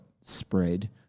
spread